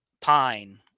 pine